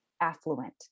affluent